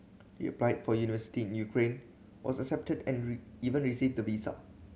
he applied for university in Ukraine was accepted and even received the visa